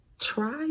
try